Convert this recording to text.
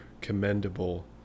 commendable